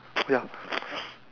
ya